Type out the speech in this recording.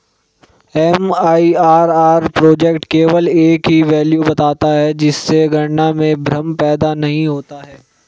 MIRR project केवल एक ही वैल्यू बताता है जिससे गणना में भ्रम पैदा नहीं होता है